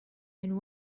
and